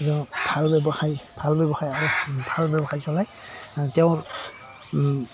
ভাল ব্যৱসায় ভাল ব্যৱসায় আৰু ভাল ব্যৱসায় চলায় তেওঁৰ